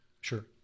sure